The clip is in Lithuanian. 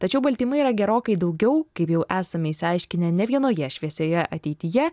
tačiau baltymai yra gerokai daugiau kaip jau esame išsiaiškinę ne vienoje šviesioje ateityje